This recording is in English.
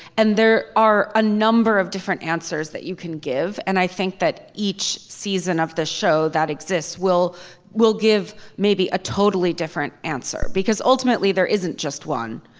and there are a number of different answers that you can give. and i think that each season of the show that exists will will give maybe a totally different answer. because ultimately there isn't just one.